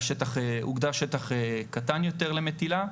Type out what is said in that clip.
הוגדר שטח קטן יותר למטילה,